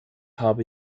habe